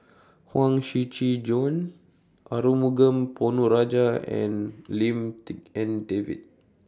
Huang Shiqi Joan Arumugam Ponnu Rajah and Lim Tik En David